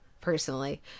personally